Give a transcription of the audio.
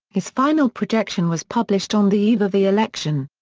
his final projection was published on the eve of the election.